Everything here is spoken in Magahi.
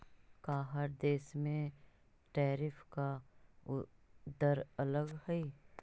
का हर देश में टैरिफ का दर अलग हई